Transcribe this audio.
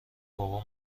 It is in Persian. بابا